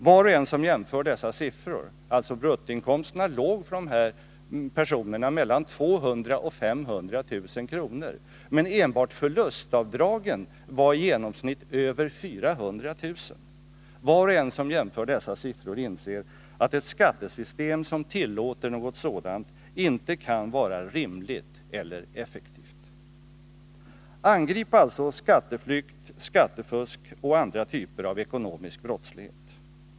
Var och en som jämför dessa siffror — bruttoinkomsterna för de här personerna låg alltså mellan 200 000 och 500 000 kr., men enbart förlustavdragen var i genomsnitt över 400 000 kr. — inser att ett skattesystem som tillåter något sådant inte kan vara rimligt eller effektivt. Angrip alltså skatteflykt, skattefusk och andra typer av ekonomisk brottslighet!